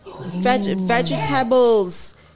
vegetables